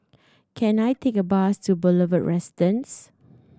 can I take a bus to Boulevard Residence